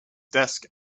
desk